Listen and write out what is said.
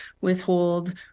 withhold